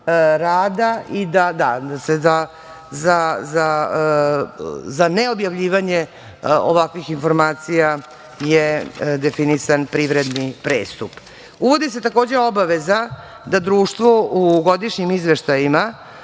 i da za neobjavljivanje ovakvih informacija je definisan privredni prestup. Uvodi se takođe obaveza da društvo u godišnjim izveštajima